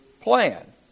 plan